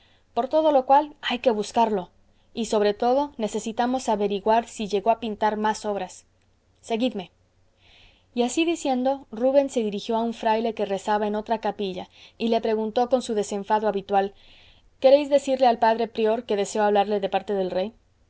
por todo lo cual hay que buscarlo y sobre todo necesitamos averiguar si llegó a pintar más obras seguidme y así diciendo rubens se dirigió a un fraile que rezaba en otra capilla y le preguntó con su desenfado habitual queréis decirle al padre prior que deseo hablarle de parte del rey